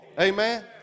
Amen